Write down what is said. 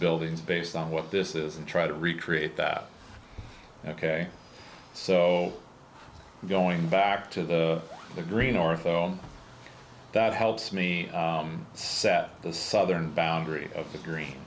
buildings based on what this is and try to recreate that ok so going back to the green or foam that helps me set the southern boundary of the green